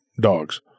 dogs